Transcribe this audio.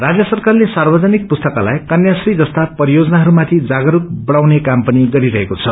राजय सरकार सार्वजनिक पुस्तकालय कन्या श्री जस्ता परियोजनाहरूमाणि जागरूक बढ़ाउने काम पनि गरिरहेको छ